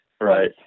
Right